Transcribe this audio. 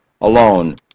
alone